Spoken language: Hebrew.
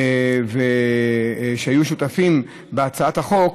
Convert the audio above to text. שהיו שותפים בהצעת החוק.